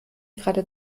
gerade